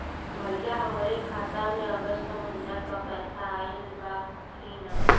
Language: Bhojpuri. भईया हमरे खाता में अगस्त महीना क पैसा आईल बा की ना?